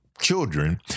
Children